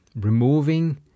removing